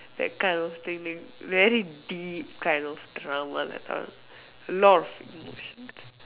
that kind of thing very deep kind of drama like a lot of emotions